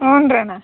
ಹ್ಞೂನಣ್ಣ